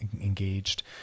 engaged